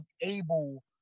able